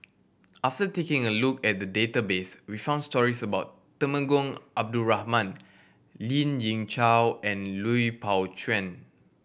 after taking a look at the database we found stories about Temenggong Abdul Rahman Lien Ying Chow and Lui Pao Chuen